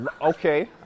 Okay